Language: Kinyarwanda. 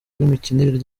rw’imikinire